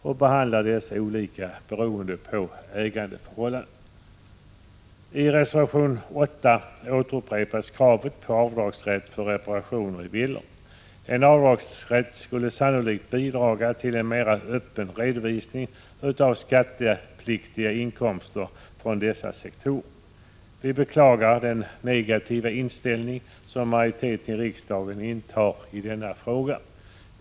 De behandlas olika beroende på ägandeförhållande. I reservation 8 återupprepas kravet på avdragsrätt för reparationer i villor. En avdragsrätt skulle sannolikt bidra till en mera öppen redovisning av skattepliktiga inkomster från dessa sektorer. Vi beklagar den negativa inställning som majoriteten i riksdagen intar i denna fråga.